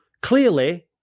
clearly